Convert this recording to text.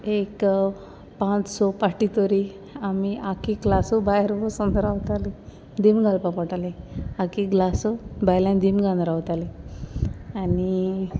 एक पांच स फावटी तरी आमी आखी क्लासू भायर बोसोन रावताली दिमी घालपा पोडटाली आखी क्लासू भायल्यान दिमी घालून रावताली आनी